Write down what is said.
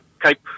Cape